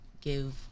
give